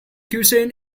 cushion